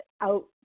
out